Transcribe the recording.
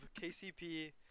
KCP